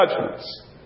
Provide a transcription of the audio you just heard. judgments